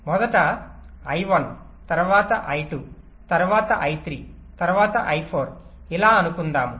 మొదట I1 తరువాత I2 తరువాత I3 తరువాత I4 ఇలా అనుకుందాము